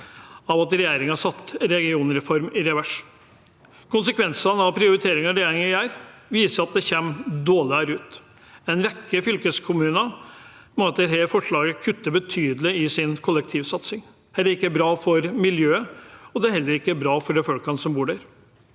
av at regjeringen satte regionreformen i revers. Konsekvensene av prioriteringene regjeringen gjør, viser at de kommer dårligere ut. En rekke fylkeskommuner må etter dette forslaget kutte betydelig i sin kollektivsatsing. Det er ikke bra for miljøet, og det er heller ikke bra for de folka som bor der.